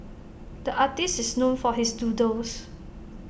the artist is known for his doodles